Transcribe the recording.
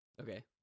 Okay